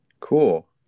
Cool